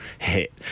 hit